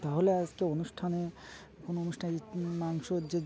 তাহলে আজকে অনুষ্ঠানে কোনো অনুষ্ঠানে যে মাংসের যে